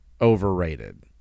overrated